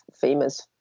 famous